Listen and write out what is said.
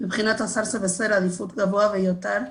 מבחינת השר זה בסדר עדיפות גבוה ביותר,